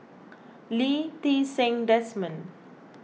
Lee Ti Seng Desmond